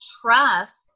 trust